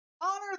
Honor